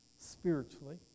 spiritually